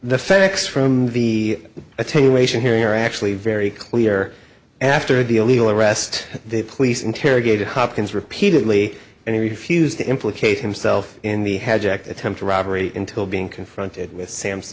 the facts from the attenuation hearing are actually very clear after the illegal arrest the police interrogated hopkins repeatedly and he refused to implicate himself in the hajj act attempted robbery until being confronted with sam